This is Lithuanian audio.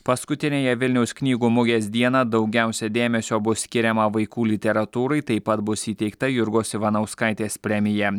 paskutinėje vilniaus knygų mugės dieną daugiausia dėmesio bus skiriama vaikų literatūrai taip pat bus įteikta jurgos ivanauskaitės premija